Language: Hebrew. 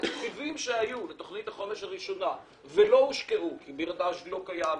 התקציבים שהיו בתוכנית החומש הראשונה ולא הושקעו כי ביר הדאג' לא קיים,